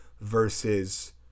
versus